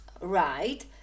right